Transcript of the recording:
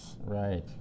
Right